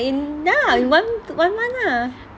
ya in one month lah